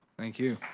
thank you,